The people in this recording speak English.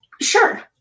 Sure